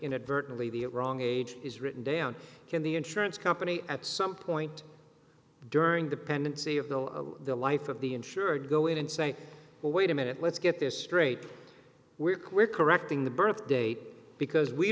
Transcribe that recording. inadvertently the it wrong age is written down in the insurance company at some point during the pendency of the life of the insurer go in and say well wait a minute let's get this straight we're queer correcting the birth date because we